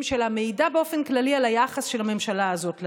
שלה מעידה באופן כללי על היחס של הממשלה הזאת לנגב.